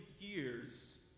years